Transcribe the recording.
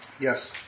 Yes